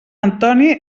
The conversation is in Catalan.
antoni